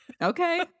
okay